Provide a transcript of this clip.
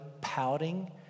pouting